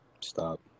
Stop